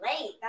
Late